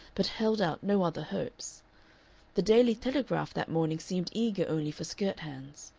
but held out no other hopes the daily telegraph that morning seemed eager only for skirt hands.